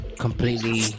Completely